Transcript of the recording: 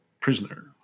prisoner